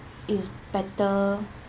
is better